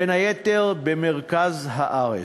בין היתר במרכז הארץ,